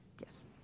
yes